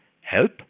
help